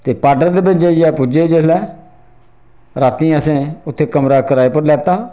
ते पाडर दे च जाइयै जेल्लै पुज्जे जेल्लै राती असें उत्थें कमरा कराए उप्पर लैता